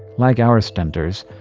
like our stentors,